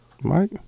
Mike